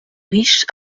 riche